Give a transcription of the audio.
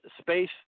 space